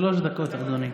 שלוש דקות, אדוני.